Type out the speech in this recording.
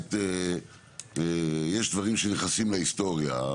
יש דברים שנכנסים להיסטוריה.